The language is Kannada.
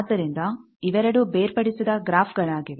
ಆದ್ದರಿಂದ ಇವೆರಡು ಬೇರ್ಪಡಿಸಿದ ಗ್ರಾಫ್ಗಳಾಗಿವೆ